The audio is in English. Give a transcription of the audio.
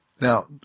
Now